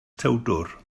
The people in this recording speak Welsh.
tewdwr